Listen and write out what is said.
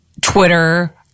Twitter